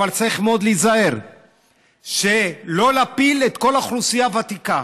אבל צריך מאוד להיזהר שלא להפיל את כל האוכלוסייה הוותיקה,